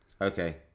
okay